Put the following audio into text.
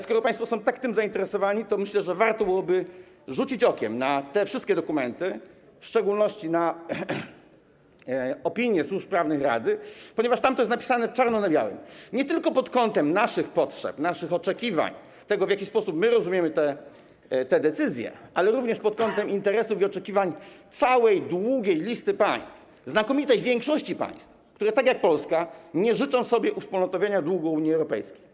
Skoro państwo są tym tak zainteresowani, to myślę, że warto byłoby rzucić okiem na dokumenty, w szczególności na opinie służb prawnych Rady, ponieważ tam to jest napisane czarno na białym, nie tylko pod kątem naszych potrzeb, naszych oczekiwań, tego, w jaki sposób my rozumiemy te decyzje, ale również pod kątem interesów i oczekiwań całej długiej listy państw, znakomitej większości państw, które tak jak Polska nie życzą sobie uwspólnotowienia długu Unii Europejskiej.